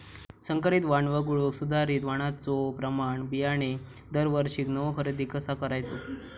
संकरित वाण वगळुक सुधारित वाणाचो प्रमाण बियाणे दरवर्षीक नवो खरेदी कसा करायचो?